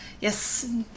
Yes